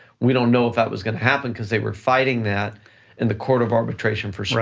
we don't know if that was gonna happen cause they were fighting that in the court of arbitration for so